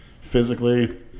physically